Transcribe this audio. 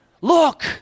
look